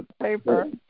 Paper